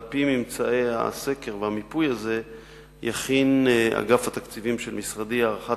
על-פי ממצאי הסקר והמיפוי הזה יכין אגף התקציבים של משרדי הערכה